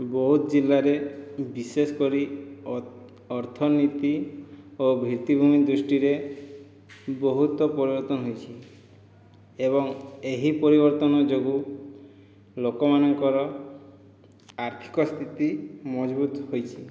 ବୌଦ୍ଧ ଜିଲ୍ଲାରେ ବିଶେଷ କରି ଅର୍ଥନୀତି ଓ ଭିତ୍ତିଭୂମି ଦୃଷ୍ଟିରେ ବହୁତ ପରିବର୍ତ୍ତନ ହୋଇଛି ଏବଂ ଏହି ପରିବର୍ତ୍ତନ ଯୋଗୁଁ ଲୋକମାନଙ୍କର ଆର୍ଥିକ ସ୍ଥିତି ମଜବୁତ ହୋଇଛି